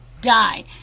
die